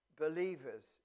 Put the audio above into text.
believers